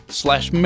slash